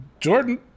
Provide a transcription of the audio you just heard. Jordan